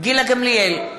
גילה גמליאל,